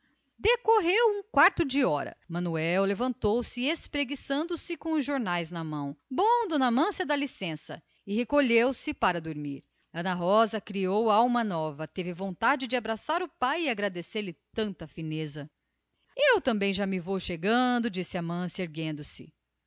decorreu um quarto de hora manuel levantou-se espreguiçando se com os jamais na mão bom d amância dá licença e recolheu-se ao quarto para dormir ah ana rosa criou alma nova teve vontade de abraçar o pai agradecendo lhe tamanha fineza eu também já me vou chegando disse amância e ergueu-se